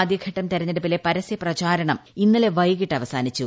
ആദ്യഘട്ടം തിരഞ്ഞെടുപ്പിലെ പരസ്യപ്രചാരണം ഇന്നലെ വൈകിട്ട് അവസാനിച്ചു